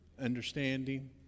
Understanding